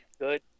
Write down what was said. good